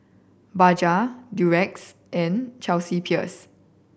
Bajaj Durex and Chelsea Peers